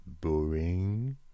boring